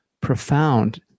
profound